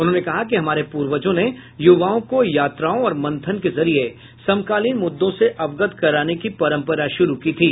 उन्होंने कहा कि हमारे पूवर्जों ने युवाओं को यात्राओं और मंथन के जरिये समकालीन मुद्दों से अवगत कराने की परंपरा शुरू की थी